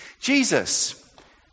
Jesus